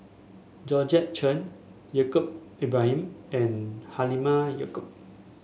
Georgette Chen Yaacob Ibrahim and Halimah Yacob